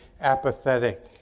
apathetic